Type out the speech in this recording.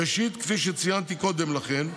ראשית, כפי שציינתי קודם לכן,